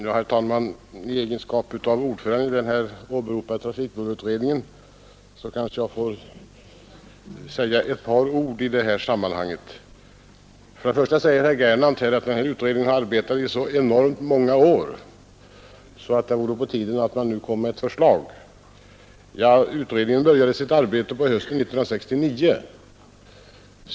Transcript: Herr talman! I egenskap av ordförande i den åberopade trafikbullerutredningen kanske jag får säga ett par ord i sammanhanget. Herr Gernandt säger att utredningen har arbetat i så enormt många år att det vore på tiden att den nu lade fram ett förslag. Utredningen började sitt arbete på hösten 1969.